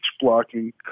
blocking